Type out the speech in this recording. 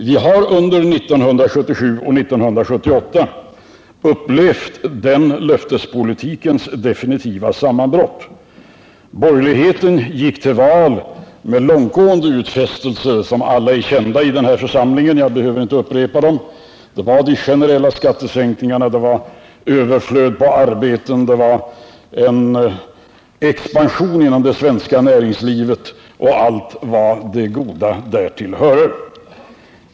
Vi har under 1977 och 1978 emellertid upplevt den löftespolitikens definitiva sammanbrott. Borgerligheten gick till val med långtgående utfästelser, som alla är kända av denna församling. Jag behöver knappast upprepa dem. Men det var de generella skattesänkningarna, överflödet på arbeten, en expansion inom det svenska näringslivet och allt det goda som därtill hör.